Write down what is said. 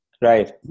right